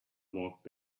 walked